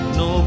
no